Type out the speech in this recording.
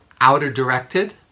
outer-directed